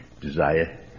desire